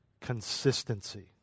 consistency